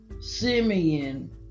Simeon